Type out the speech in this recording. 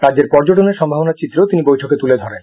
রাজ্যের পর্যটনের সম্ভাবনার চিত্র তিনি বৈঠকে তুলে ধরেন